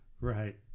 Right